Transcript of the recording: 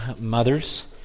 mothers